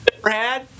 Brad